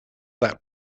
that